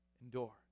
Endure